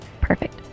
Perfect